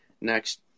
Next